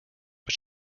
but